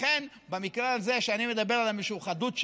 לכן, במקרה הזה, כשאני מדבר על המשוחדות שלי,